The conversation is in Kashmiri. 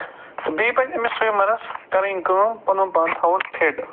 تہٕ بیٚیہِ پزِ أمِس سُمِورَس کرٕنۍ کٲم پَنُن پان تھاوُن فِٹ